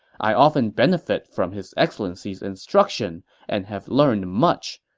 i often benefit from his excellency's instruction and have learned much.